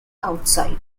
outside